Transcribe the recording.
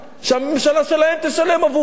שהממשלה שלהם תשלם עבור זה,